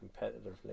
competitively